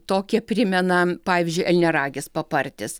tokį primena pavyzdžiui elniaragis papartis